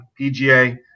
PGA